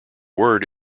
word